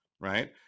right